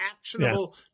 actionable